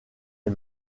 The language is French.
les